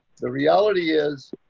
the reality is